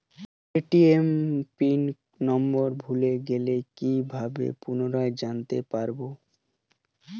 ATM PIN number ভুলে গেলে কি ভাবে পুনরায় জানতে পারবো?